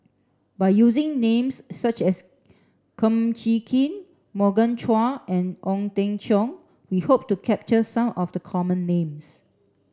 by using names such as Kum Chee Kin Morgan Chua and Ong Teng Cheong we hope to capture some of the common names